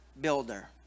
builder